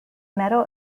metal